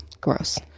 Gross